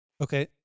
Okay